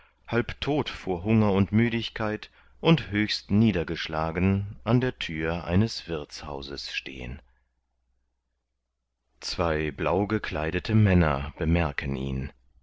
halb todt vor hunger und müdigkeit und höchst niedergeschlagen an der thür eines wirthshauses stehen zwei blaugekleidete männer bemerken ihn